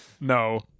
no